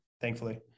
thankfully